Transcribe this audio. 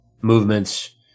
movements